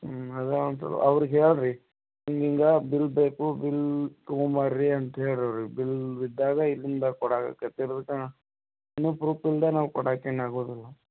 ಹ್ಞೂ ಅದು ಅವ್ರಿಗೆ ಹೇಳಿ ರೀ ಹಿಂಗಿಂಗ ಬಿಲ್ ಬೇಕು ಬಿಲ್ ತಗೊಂಬರ್ರಿ ಅಂತ್ಹೇಳಿ ರೀ ಅವ್ರಿಗೆ ಬಿಲ್ ಇದ್ದಾಗ ಇದನ್ನ ಕೊಡಾಕೆ ಆಕತಿ ಇಲ್ಲಿಕ ಏನು ಪ್ರೂಫ್ ಇಲ್ದೆ ನಾವು ಕೊಡಾಕೆ ಏನು ಆಗೋದಿಲ್ಲ